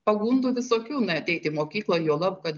pagundų visokių neateit į mokyklą juolab kad